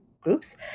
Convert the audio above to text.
groups